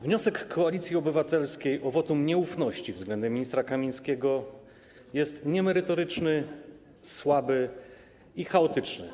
Wniosek Koalicji Obywatelskiej o wotum nieufności względem ministra Kamińskiego jest niemerytoryczny, słaby i chaotyczny.